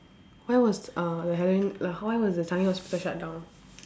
why was uh the halloween like why was the Changi Hospital shut down